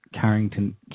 Carrington